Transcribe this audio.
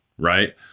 Right